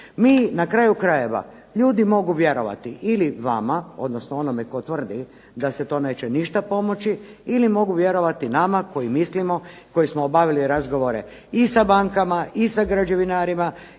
Mi na karaju krajeva ljudi mogu vjerovati ili vama, odnosno onome tko tvrdi da se to neće ništa pomoći ili mogu vjerovati nama koji mislimo koji smo obavili razgovore i sa bankama i sa građevinarima